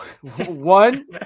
One